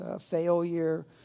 failure